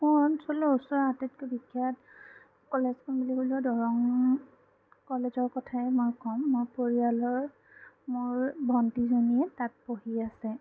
মোৰ অঞ্চলৰ ওচৰৰ আটাইতকৈ বিখ্যাত কলেজখন বুলি ক'লেও দৰং কলেজৰ কথাই মই কম মোৰ পৰিয়ালৰ মোৰ ভন্টীজনীয়ে তাত পঢ়ি আছে